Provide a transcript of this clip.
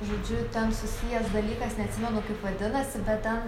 žodžiu ten susijęs dalykas neatsimenu kaip vadinasi bet ten